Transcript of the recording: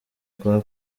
kuba